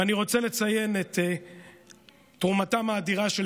ואני רוצה לציין את תרומתם האדירה של